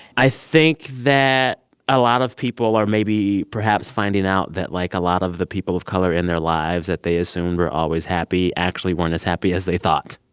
i think that a lot of people are maybe perhaps finding out that like a lot of the people of color in their lives, that they assumed were always happy actually weren't as happy as they thought.